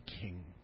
king